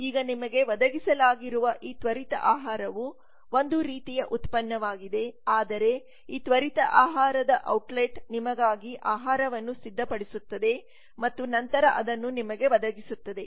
ಈಗ ನಿಮಗೆ ಒದಗಿಸಲಾಗಿರುವ ಈ ತ್ವರಿತ ಆಹಾರವು ಒಂದು ರೀತಿಯ ಉತ್ಪನ್ನವಾಗಿದೆ ಆದರೆ ಈ ತ್ವರಿತ ಆಹಾರದ ಔಟ್ ಲೆಟ್ ನಿಮಗಾಗಿ ಆಹಾರವನ್ನು ಸಿದ್ಧಪಡಿಸುತ್ತದೆ ಮತ್ತು ನಂತರ ಅದನ್ನು ನಿಮಗೆ ಒದಗಿಸುತ್ತದೆ